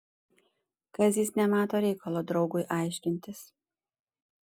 kazys nemato reikalo draugui aiškintis